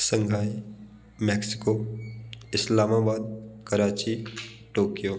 Mexico Islamabad Karachi Tokyo